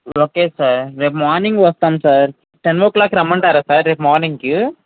okay sir రేపు morning వస్తాం sir ten ఓ క్లాక్కి రమ్మంటారా సార్ రేపు మార్నింగ్కి